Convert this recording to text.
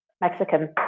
Mexican